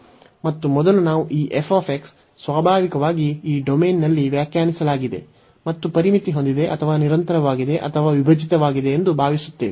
ಮತ್ತು ಮೊದಲು ನಾವು ಈ f ಸ್ವಾಭಾವಿಕವಾಗಿ ಈ ಡೊಮೇನ್ನಲ್ಲಿ ವ್ಯಾಖ್ಯಾನಿಸಲಾದ ಮತ್ತು ಪರಿಮಿತಿ ಹೊಂದಿದೆ ಅಥವಾ ನಿರಂತರವಾಗಿದೆ ಅಥವಾ ವಿಭಜಿತವಾಗಿದೆ ಎಂದು ಭಾವಿಸುತ್ತೇವೆ